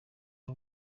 aho